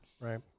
Right